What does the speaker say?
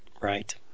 Right